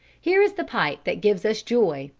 here is the pipe that gives us joy.